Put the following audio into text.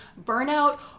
burnout